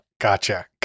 Gotcha